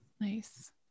nice